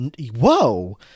whoa